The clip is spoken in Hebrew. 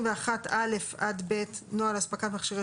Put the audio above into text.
21(א) עד (ב) (נוהל אספקת מכשירי